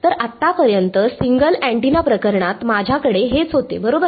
तर आत्तापर्यंत single antenna प्रकरणात माझ्याकडे हेच होते बरोबर